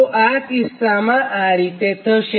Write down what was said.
તો આ કિસ્સામાં આ રીતે થશે